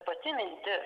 pati mintis